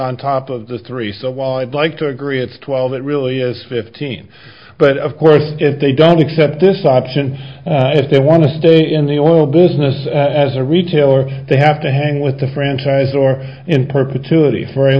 on top of the three so while i'd like to agree it's twelve it really is fifteen but of course if they don't accept this option if they want to stay in the oil business as a retailer they have to hang with the franchise or in perpetuity for a